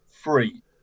free